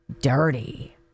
dirty